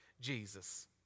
Jesus